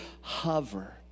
hover